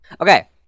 Okay